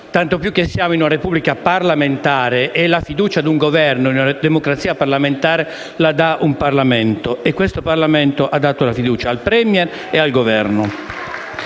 tanto più che siamo in una Repubblica parlamentare e la fiducia ad un Governo in una democrazia parlamentare la dà un Parlamento. Questo Parlamento ha dato la fiducia al *Premier* e al Governo.